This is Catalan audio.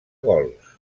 gols